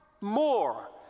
more